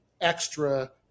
extra